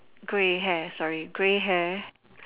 gray hair sorry gray hair